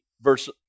verse